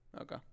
Okay